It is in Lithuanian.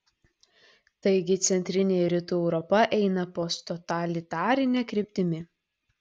taigi centrinė ir rytų europa eina posttotalitarine kryptimi